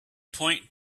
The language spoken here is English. point